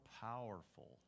powerful